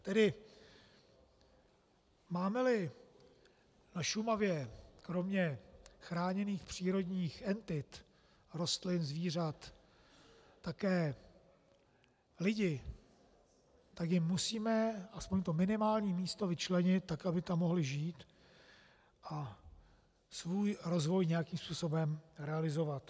Tedy mámeli na Šumavě kromě chráněných přírodních entit, rostlin, zvířat také lidi, tak jim musíme aspoň to minimální místo vyčlenit tak, aby tam mohli žít a svůj rozvoj nějakým způsobem realizovat.